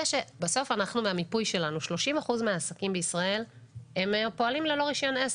שבסוף - מהמיפוי שלנו - 30 אחוזים מהעסקים בישראל פועלים ללא רישיון עסק.